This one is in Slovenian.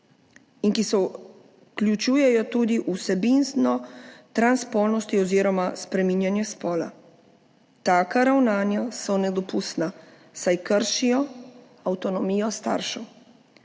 ki vključujejo tudi vsebine transspolnosti oziroma spreminjanja spola. Taka ravnanja so nedopustna, saj kršijo avtonomijo staršev.